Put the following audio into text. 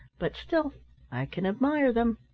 but still i can admire them.